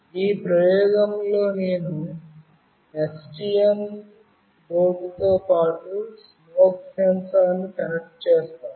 ఈ ప్రయోగంలో నేను STM బోర్డుతో పాటు స్మోక్ సెన్సార్ను కనెక్ట్ చేస్తాను